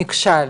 נכשל?